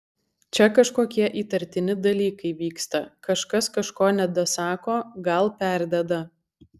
čia kažkokie įtartini dalykai vyksta kažkas kažko nedasako gal perdeda